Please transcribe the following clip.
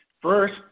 First